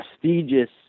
prestigious